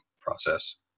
process